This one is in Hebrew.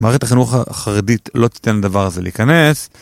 מערכת החינוך החרדית לא תיתן לדבר הזה להיכנס.